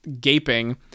gaping